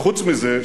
וחוץ מזה,